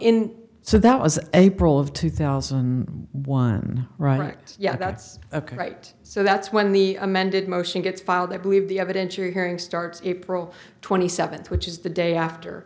in so that was april of two thousand and one right yeah that's right so that's when the amended motion gets they believe the evidence you're hearing starts april twenty seventh which is the day after